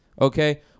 okay